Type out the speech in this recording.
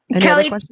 Kelly